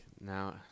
Now